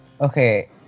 Okay